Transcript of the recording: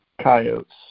coyotes